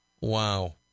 Wow